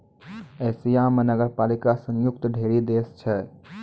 Asia म नगरपालिका स युक्त ढ़ेरी देश छै